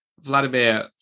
Vladimir